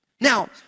Now